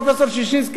פרופסור ששינסקי,